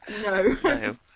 No